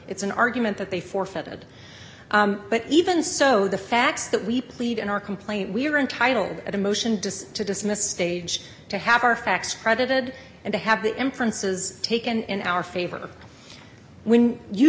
it's an argument that they forfeited but even so the facts that we plead in our complaint we are entitled at a motion to dismiss stage to have our facts credited and to have the inference is taken in our favor when you